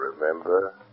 Remember